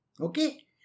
Okay